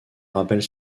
rappelle